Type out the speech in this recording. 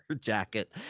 jacket